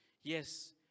yes